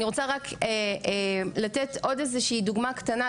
ואני רוצה רק לתת עוד איזה שהיא דוגמה קטנה,